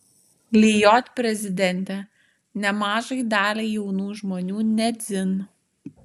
lijot prezidentė nemažai daliai jaunų žmonių ne dzin